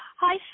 hi